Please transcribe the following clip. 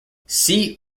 see